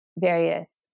various